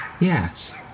Yes